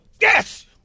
Yes